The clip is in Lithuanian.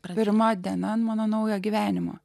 praveriama dienon mano naujo gyvenimo